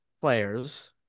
players